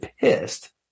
pissed